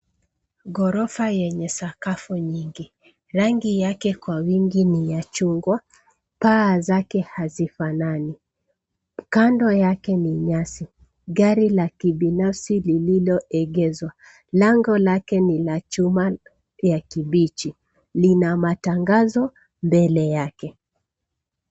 Ghorofa yenye sakafu nyingi. Rangi yake kwa wingi ni ya chungwa, paa zake hazifanani. Kando yake ni nyasi, gari la kibinafsi lililoegezwa. Lango lake ni la chuma ya kibichi. Lina matangazo mbele yake.